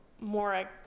more